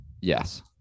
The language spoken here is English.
Yes